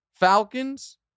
Falcons